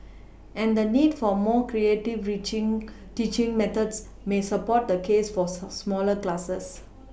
and the need for more creative reaching teaching methods may support the case for smaller classes